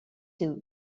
too